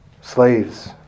slaves